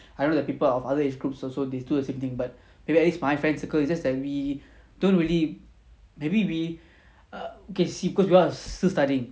I know that people of other age groups also they do the same thing but if at least my friend circle it just that we don't really maybe we err okay see cause we are still studying